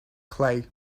clay